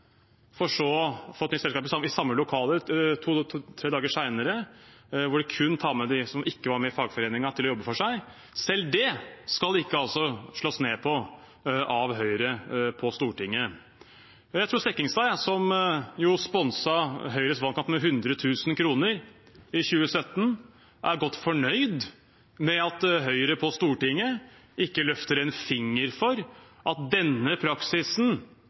for så å få et nytt selskap i samme lokaler to–tre dager senere, og hvor de kun tar med dem som ikke var med i fagforeningen, til å jobbe for seg, selv det skal altså ikke slås ned på av Høyre på Stortinget. Jeg tror Sekkingstad, som sponset Høyres valgkamp med 100 000 kr i 2017, er godt fornøyd med at Høyre på Stortinget ikke løfter en finger for at denne praksisen,